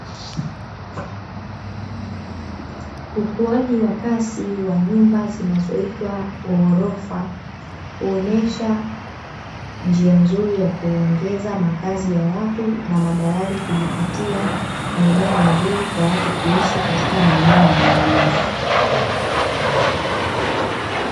Ukuaji wa kasi wa nyumba zinazoitwa ghorofa huonyesha njia nzuri ya kuongeza makazi ya watu, na madalali kujipatia maeneo mazuri kwa watu kuishi katika maeneo ya mijini.